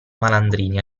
malandrini